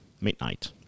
Midnight